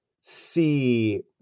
see